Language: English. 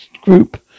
group